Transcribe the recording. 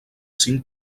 cinc